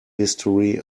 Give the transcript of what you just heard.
history